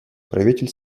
правитель